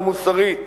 לא מוסרית.